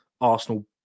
Arsenal